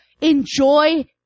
enjoy